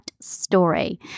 story